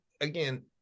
again